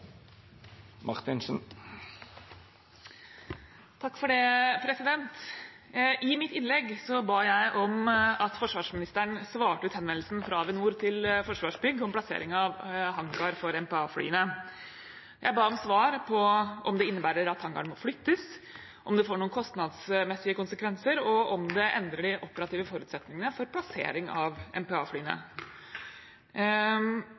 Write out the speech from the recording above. Det vert replikkordskifte. I mitt innlegg ba jeg om at forsvarsministeren svarte vedrørende henvendelsen fra Avinor til Forsvarsbygg om plassering av hangar for MPA-flyene. Jeg ba om svar på om det innebærer at hangaren må flyttes, om det får noen kostnadsmessige konsekvenser, og om det endrer de operative forutsetningene for plassering av